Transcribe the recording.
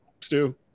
Stu